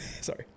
Sorry